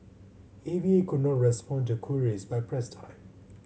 A V A could not respond to queries by press time